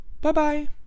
Bye-bye